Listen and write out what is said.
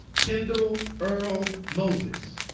kendall earl moses